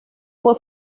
fue